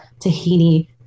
tahini